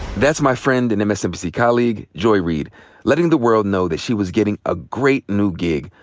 that's my friend and msnbc colleague joy reid letting the world know that she was getting a great new gig,